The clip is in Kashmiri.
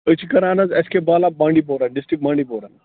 أسۍ چھِ کَران حظ اَٮ۪س کے بالا بانٛڈی پورا ڈِسٹرک بانٛڈی پورا